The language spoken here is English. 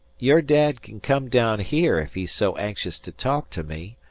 your dad can come down here if he's so anxious to talk to me.